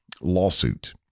lawsuit